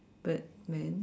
birdman